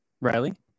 Riley